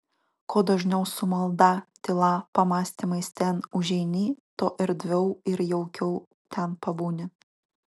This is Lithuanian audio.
kuo dažniau su malda tyla pamąstymais ten užeini tuo erdviau ir jaukiau ten pabūni